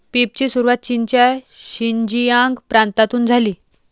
पीचची सुरुवात चीनच्या शिनजियांग प्रांतातून झाली